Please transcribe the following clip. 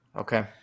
Okay